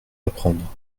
apprendre